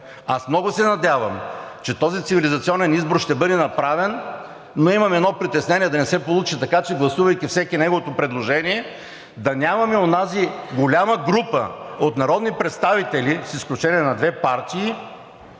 Аз много се надявам, че този цивилизационен избор ще бъде направен, но имам едно притеснение – да не се получи така, че гласувайки всеки неговото предложение, да нямаме онази голяма група от народни представители, с изключение на две партии,